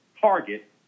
target